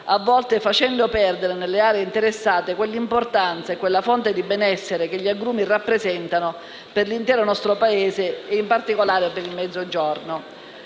a volte facendo perdere, nelle aree interessate, importanza a quella fonte di benessere che gli agrumi rappresentano per l'intero nostro Paese e, in particolare, per il Mezzogiorno.